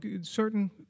certain